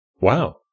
Wow